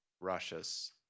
Russia's